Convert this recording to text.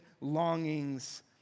longings